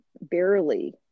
barely